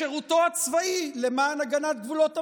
בשירותו הצבאי למען הגנת גבולות המדינה.